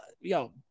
yo